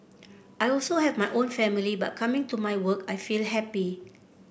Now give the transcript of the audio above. I also have my own family but coming to my work I feel happy